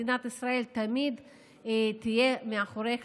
מדינת ישראל תמיד תהיה מאחוריך,